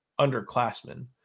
underclassmen